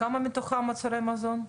כמה מתוכם מוצרי מזון?